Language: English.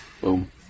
boom